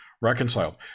reconciled